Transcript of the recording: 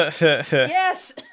Yes